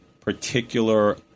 particular